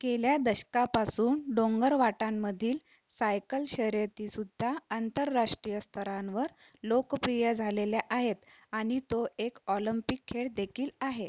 गेल्या दशकापासून डोंगरवाटांमधील सायकल शर्यतीसुद्धा आंतरराष्ट्रीय स्तरांवर लोकप्रिय झालेल्या आहेत आणि तो एक ऑलम्पिक खेळ देखील आहे